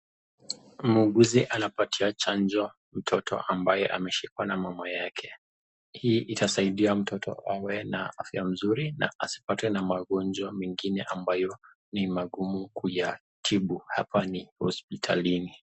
Muuguzi anapatia chanjo mtoto ambae ameshikwa na mama yake. Hii itasaidia mtoto awe na afya nzuri na asipatwe na magonjwa mengine ambayo ni magumu kuyatibu. Hapa ni hospitalini.